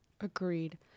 Agreed